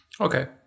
Okay